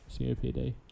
COPD